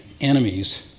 enemies